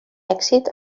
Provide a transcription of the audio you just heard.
èxit